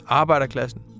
arbejderklassen